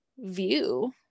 view